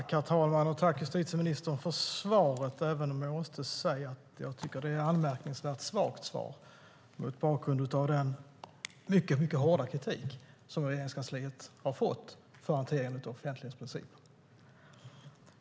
Herr talman! Tack, justitieministern, för svaret, även om jag måste säga att jag tycker att det är ett anmärkningsvärt svagt svar mot bakgrund av den mycket hårda kritik som Regeringskansliet har fått för hanteringen av offentlighetsprincipen.